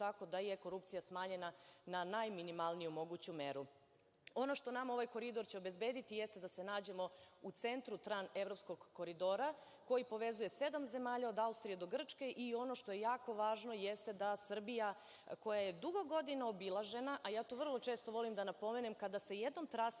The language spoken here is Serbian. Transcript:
tako da je korupcija smanjena na najminimalniju moguću meru. Ono što nama ovaj Koridor će obezbediti jeste da se nađemo u centru Tranevropskog koridora, koji povezuje sedam zemalja od Austrije do Grčke i ono što je jako važno jeste da Srbija, koja je dugo godina obilažena, a to vrlo često volim da napomenem, kada se jednom trasira